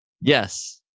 Yes